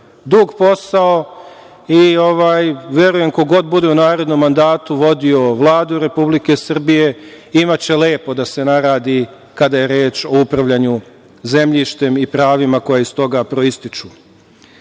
dug posao i verujem da ko god bude u narednom mandatu vodio Vladu Republike Srbije imaće lepo da se naradi kada je reč o upravljanju zemljištem i pravima koja iz toga proističu. Takođe,